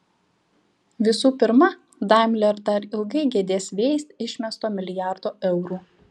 visų pirma daimler dar ilgai gedės vėjais išmesto milijardo eurų